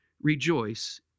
rejoice